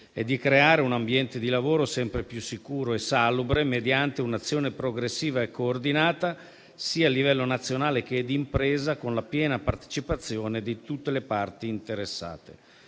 e creare un ambiente di lavoro sempre più sicuro e salubre mediante un'azione progressiva e coordinata sia a livello nazionale, sia d'impresa, con la piena partecipazione di tutte le parti interessate.